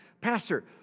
Pastor